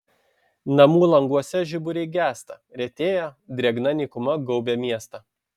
namų languose žiburiai gęsta retėja drėgna nykuma gaubia miestą